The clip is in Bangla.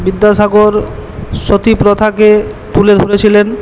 বিদ্যাসাগর সতীপ্রথাকে তুলে ধরেছিলেন